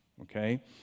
okay